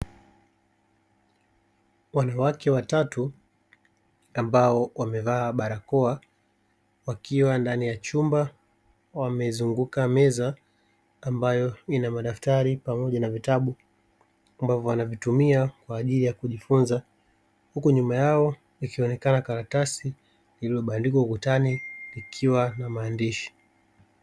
Wanawake watatu ambao wamevaa barakoa, wakiwa ndani ya chumba wamezunguka meza ambayo ina madaftari pamoja na vitabu ambavyo wanavitumia kwa ajili ya kujifunza, huku nyuma yao ikionekana karatasi iliyobandikwa ukutani ikiwa na maandishi.